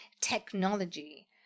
technology